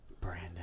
Brandon